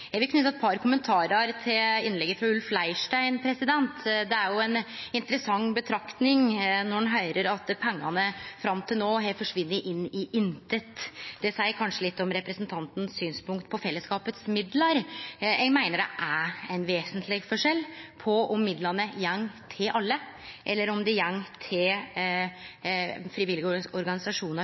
Eg vil knyte eit par kommentarar til innlegget frå Ulf Leirstein. Det er ei interessant betraktning me høyrer – at pengane fram til no har forsvunne inn i «intet». Det seier kanskje litt om det synet representanten har på fellesskapet sine midlar. Eg meiner det er ein vesentleg forskjell på om midlane går til alle, eller om dei går til frivillige organisasjonar